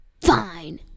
Fine